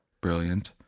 Brilliant